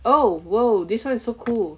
oh !whoa! this one is so cool